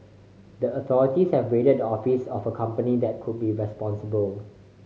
the authorities have raided the offices of a company that could be responsible